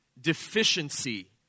deficiency